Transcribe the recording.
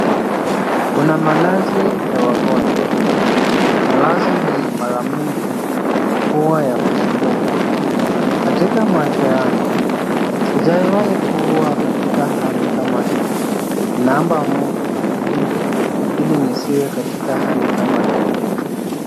Kuna malazi ya wagonjwa. Malazi hii mara mingi huwa ya kuskumwa . Katika maisha yangu sijawai kuwa katika hali kama hii. Ninaomba Mungu anilinde ili nisiwe katika hali kama hii.